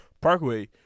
Parkway